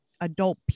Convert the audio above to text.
adult